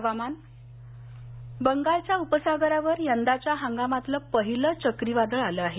हवामान बंगालच्या उपसागरावर यंदाच्या हंगामातलं पहिलं चक्रीवादळ आलं आहे